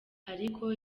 ariko